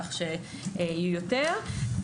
כך שיהיו יותר.